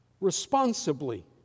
responsibly